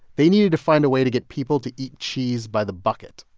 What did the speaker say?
they needed to find a way to get people to eat cheese by the bucket.